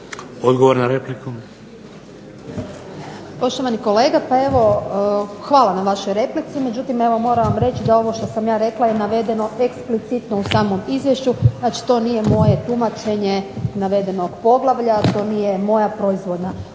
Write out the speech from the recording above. Odgovor na repliku.